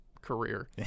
career